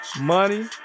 Money